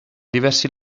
diversi